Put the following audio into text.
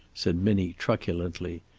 said minnie, truculently.